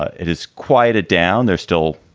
it has quieted down. there's still